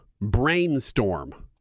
Brainstorm